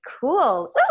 cool